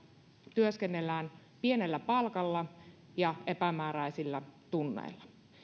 työskennellään pienellä palkalla ja epämääräisillä tunneilla